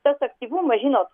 tas aktyvumas žinot